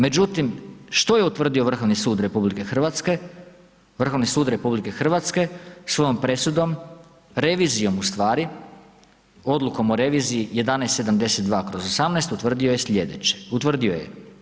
Međutim, što je utvrdio Vrhovni sud RH, Vrhovni sud RH svojom presudom, revizijom u stvari, odlukom o reviziji 1172/18 utvrdio je slijedeće, utvrdio je.